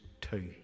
two